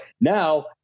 now